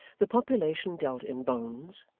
the population dealt in bones,